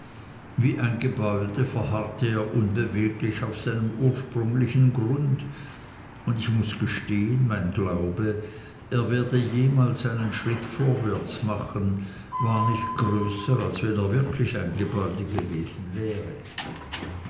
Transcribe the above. wie ein gebäude verharrte er unbeweglich auf seinem ursprünglichen grund und ich muß gestehen mein glaube er werde jemals einen schritt vorwärts machen war nicht größer als wenn er wirklich ein gebäude gewesen wäre